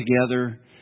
together